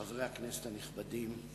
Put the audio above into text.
חברי הכנסת הנכבדים,